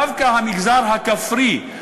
דווקא המגזר הכפרי,